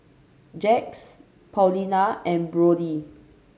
Jax Paulina and Brodie